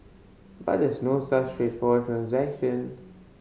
but there's no such transaction